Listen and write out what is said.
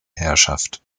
herrschaft